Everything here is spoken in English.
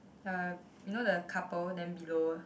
uh you know the couple then below